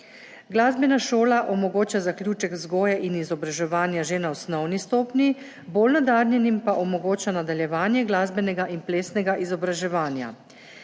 Glasbena šola omogoča zaključek vzgoje in izobraževanja že na osnovni stopnji, bolj nadarjenim pa omogoča nadaljevanje glasbenega in plesnega izobraževanja.